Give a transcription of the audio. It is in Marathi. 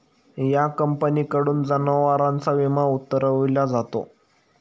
या कंपनीकडून जनावरांचा विमा उतरविला जातो